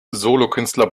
solokünstler